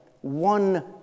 one